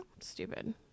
Stupid